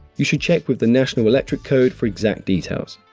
you should check with the national electric code for exact details.